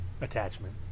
Attachment